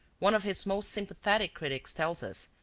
one of his most sympathetic critics tells us,